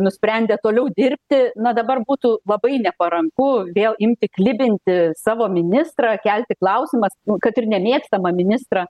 nusprendė toliau dirbti na dabar būtų labai neparanku vėl imti klibinti savo ministrą kelti klausimas kad ir nemėgstamą ministrą